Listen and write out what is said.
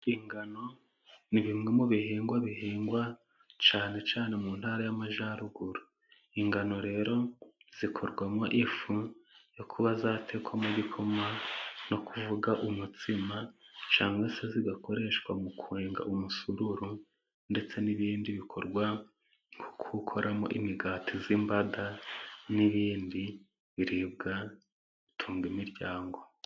Ingano ni bimwe mu bihingwa bihingwa cyane cyane mu ntara y'amajyaruguru. Ingano rero zikorwamo ifu yo kuba yatekwamo igikoma no kuvuga umutsima cyangwa se zigakoreshwa mu kwenga umusururu, ndetse n'ibindi bikorwa nko gukoramo imigati y'imbada, n'ibindi biribwa bitunga imiryango.